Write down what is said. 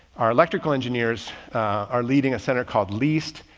our electrical engineers are leading a center called least,